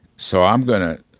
so i'm going to,